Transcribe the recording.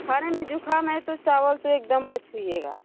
खरे में ज़ुकाम है तो चावल को एकदम मत पीजियेगा